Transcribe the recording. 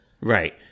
Right